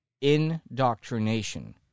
indoctrination